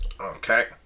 Okay